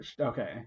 Okay